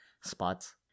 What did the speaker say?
spots